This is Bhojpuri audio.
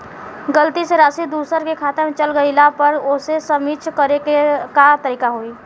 गलती से राशि दूसर के खाता में चल जइला पर ओके सहीक्ष करे के का तरीका होई?